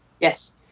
Yes